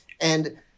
And-